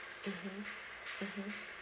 mmhmm mmhmm